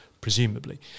presumably